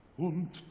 Und